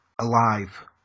Alive